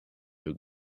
you